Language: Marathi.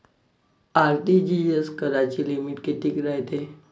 आर.टी.जी.एस कराची लिमिट कितीक रायते?